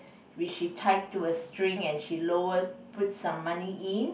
which she tied to a string and she lowered put some money in